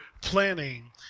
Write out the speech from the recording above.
planning